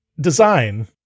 design